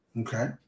Okay